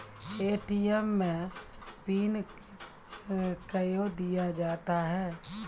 ATM मे pin कयो दिया जाता हैं?